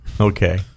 Okay